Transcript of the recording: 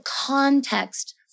context